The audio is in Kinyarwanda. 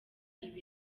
iba